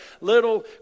little